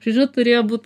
žodžiu turėjo būt